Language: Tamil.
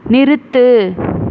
நிறுத்து